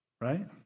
right